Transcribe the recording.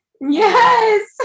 Yes